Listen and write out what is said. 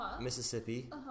Mississippi